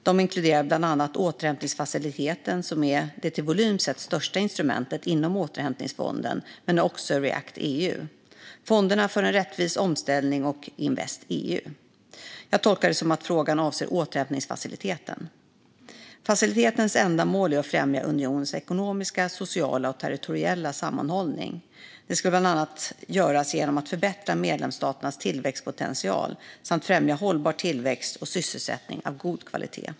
Dessa inkluderar bland annat återhämtningsfaciliteten, som är det till volym sett största instrumentet inom återhämtningsfonden, men också React-EU, Fonderna för en rättvis omställning och Invest EU. Jag tolkar det som att frågan avser återhämtningsfaciliteten. Facilitetens ändamål är att främja unionens ekonomiska, sociala och territoriella sammanhållning. Det ska bland annat göras genom att förbättra medlemsstaternas tillväxtpotential samt främja hållbar tillväxt och sysselsättning av god kvalitet.